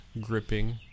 gripping